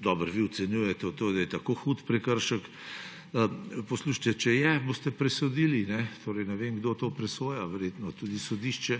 Dobro vi ocenjujete, da je to tako hud prekršek. Če je, boste presodili. Ne vem, kdo o tem presoja. Verjetno tudi sodišče